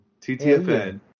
TTFN